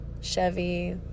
chevy